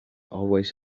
always